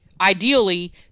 ideally